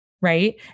Right